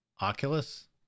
Oculus